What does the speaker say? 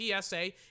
PSA